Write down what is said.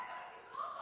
להפך, תיקנו אותו.